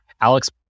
Alex